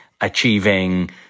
achieving